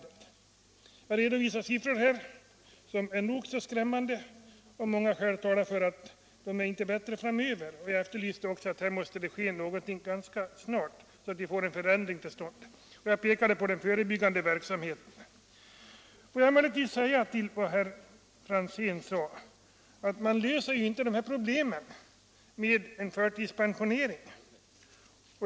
De siffror som redovisas i det avseendet är nog så skrämmande, och mycket talar för att det inte blir bättre framöver. Jag framhöll också att här måste något ske ganska snart så att vi får en förändring till stånd. Jag pekade på den förebyggande verksamheten. Får jag emellertid nu i anledning av vad herr Franzén sade påpeka att man löser inte de här problemen med en förtidspensionering.